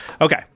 okay